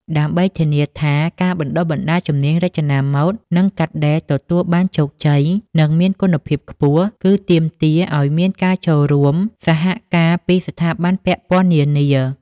ដើម្បីធានាថាការបណ្តុះបណ្តាលជំនាញរចនាម៉ូដ និងកាត់ដេរទទួលបានជោគជ័យ និងមានគុណភាពខ្ពស់ គឺទាមទារឱ្យមានការចូលរួមសហការពីស្ថាប័នពាក់ព័ន្ធនានា។